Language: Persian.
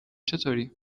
چطوری